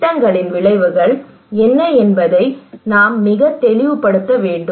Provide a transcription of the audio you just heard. திட்டங்களின் விளைவுகள் என்ன என்பதை நாம் மிகத் தெளிவுபடுத்த வேண்டும்